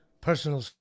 personal